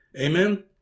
Amen